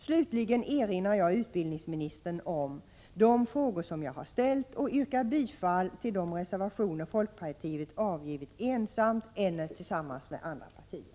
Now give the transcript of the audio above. Slutligen erinrar jag utbildningsministern om de frågor jag ställt och yrkar bifall till de reservationer folkpartiet avgivit ensamt eller tillsammans med andra partier.